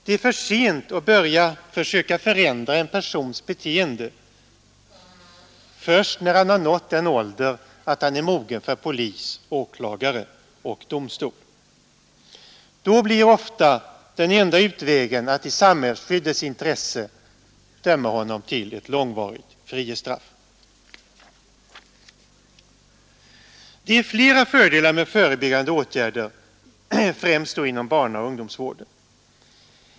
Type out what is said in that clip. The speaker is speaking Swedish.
Det är för sent att försöka förändra en persons beteende först när han har nått den ålder då han är mogen för polis, åklagare och domstol. Då blir ofta den enda utvägen att i samhällsskyddets intresse döma honom till långvarigt frihetsstraff. Det är flera fördelar med förebyggande åtgärder, främst då inom barnaoch ungdomsvården.